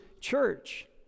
church